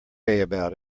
about